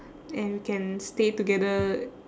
and can stay together